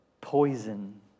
poison